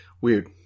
Weird